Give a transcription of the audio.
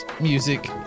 music